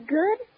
good